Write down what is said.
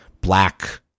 black